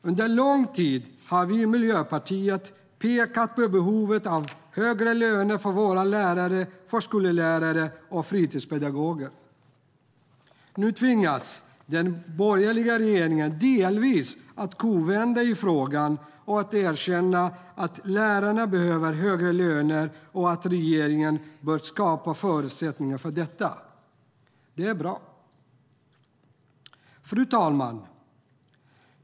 Under lång tid har vi i Miljöpartiet pekat på behovet av högre löner för våra lärare, förskollärare och fritidspedagoger. Nu tvingas den borgerliga regeringen delvis att kovända i frågan och erkänna att lärarna behöver högre löner och att regeringen bör skapa förutsättningar för detta. Det är bra. Fru talman!